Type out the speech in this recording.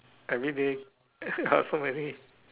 everyday ya so many